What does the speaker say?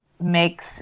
makes